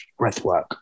Breathwork